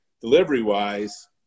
delivery-wise